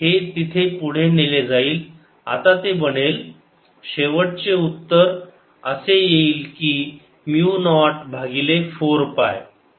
हे तिथे पुढे नेले जाईल आता ते बनेल शेवटचे उत्तर असे येईल की म्यु नॉट भागिले 4 पाय